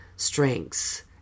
strengths